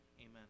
Amen